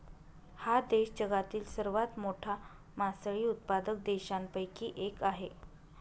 हा देश जगातील सर्वात मोठा मासळी उत्पादक देशांपैकी एक आहे